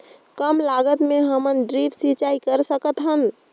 कम लागत मे हमन ड्रिप सिंचाई कर सकत हन?